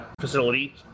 facility